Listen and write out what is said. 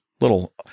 little